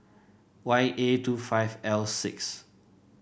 Y A two five L six